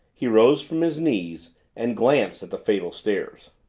he rose from his knees and glanced at the fatal stairs.